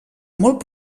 molt